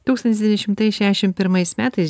tūkstantis devyni šimtai šedešim pirmais metais